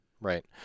Right